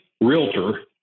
realtor